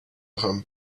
him